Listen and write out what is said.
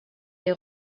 les